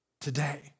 today